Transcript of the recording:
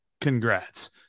congrats